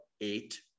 eight